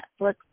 Netflix